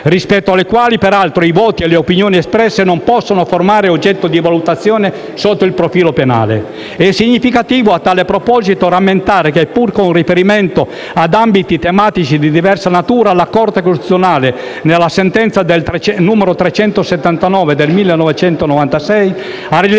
rispetto alle quali, peraltro, i voti e le opinioni espresse non possono formare oggetto di valutazione sotto il profilo penale. È significativo a tale proposito rammentare che, pur con riferimento ad ambiti tematici di diversa natura, la Corte costituzionale nella sentenza n. 379 del 1996 ha rilevato